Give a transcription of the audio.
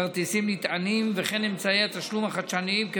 כרטיסים נטענים וכן אמצעי התשלום החדשניים,